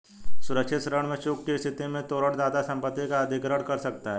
सुरक्षित ऋण में चूक की स्थिति में तोरण दाता संपत्ति का अधिग्रहण कर सकता है